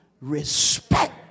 respect